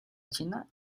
china